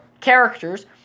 characters